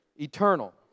eternal